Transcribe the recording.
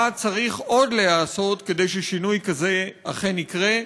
מה צריך עוד להיעשות כדי ששינוי כזה אכן יקרה?